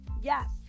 Yes